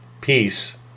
peace